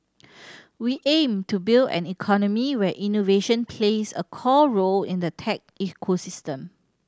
we aim to build an economy where innovation plays a core role in the tech ecosystem